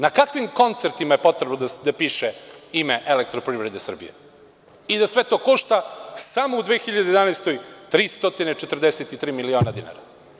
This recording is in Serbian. Na kakvim koncertima je potrebno da piše ime Elektroprivrede Srbije, i da sve to košta samo u 2011. godini 343 miliona dinara.